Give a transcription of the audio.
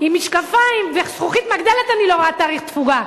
עם משקפיים וזכוכית מגדלת אני לא רואה תאריך תפוגה.